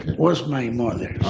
was my mother.